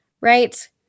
right